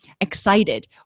excited